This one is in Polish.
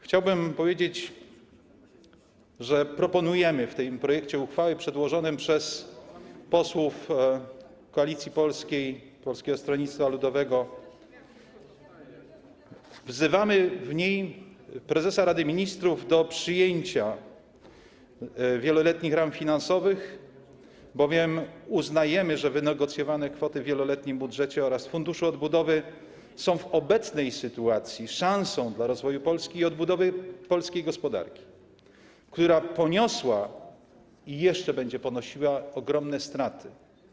Chciałbym powiedzieć, że w projekcie uchwały przedłożonym przez posłów Koalicji Polskiej - Polskiego Stronnictwa Ludowego wzywamy prezesa Rady Ministrów do przyjęcia wieloletnich ram finansowych, bowiem uznajemy, że kwoty wynegocjowane w wieloletnim budżecie oraz w funduszu odbudowy są w obecnej sytuacji szansą na rozwój Polski i odbudowę polskiej gospodarki, która poniosła i jeszcze będzie ponosiła ogromne straty.